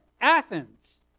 Athens